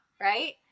right